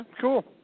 cool